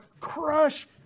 crush